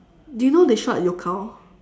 do you know they shot at